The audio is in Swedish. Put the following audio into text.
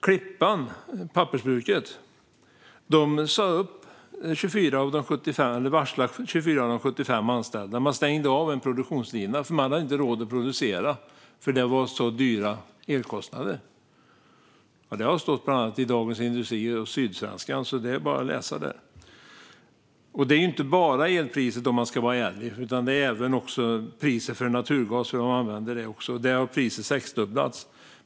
Klippans pappersbruk varslade 24 av de 75 anställda. De stängde av en produktionslina. De hade inte råd att producera, för det var så dyra elkostnader. Det har stått bland annat i Dagens industri och Sydsvenskan. Det är bara att läsa där. Det är inte bara elpriset, om man ska vara ärlig. Det är även priset för naturgas, för de använder också det. Där har priset sexdubblats.